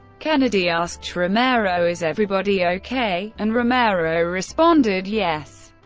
kennedy asked romero, is everybody ok? and romero responded, yes,